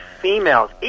females